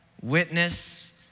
witness